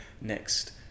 next